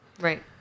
Right